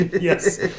Yes